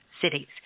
cities